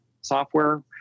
software